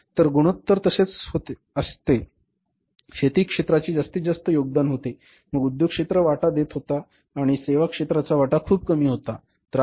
तर गुणोत्तर असेच होते शेती क्षेत्राचे जास्तीत जास्त योगदान होते मग उद्योग क्षेत्र वाटा देत होता आणि सेवा क्षेत्राचा वाटा खूप कमी होता बरोबर